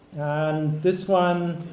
and this one,